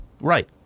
Right